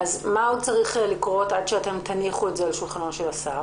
מה צריך לקרות עד שתניחו את זה על שולחנו של השר?